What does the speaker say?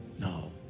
No